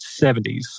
70s